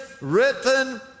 written